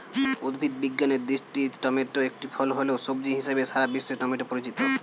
উদ্ভিদ বিজ্ঞানের দৃষ্টিতে টমেটো একটি ফল হলেও, সবজি হিসেবেই সারা বিশ্বে টমেটো পরিচিত